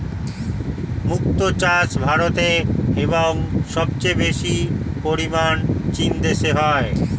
মুক্ত চাষ ভারতে এবং সবচেয়ে বেশি পরিমাণ চীন দেশে হয়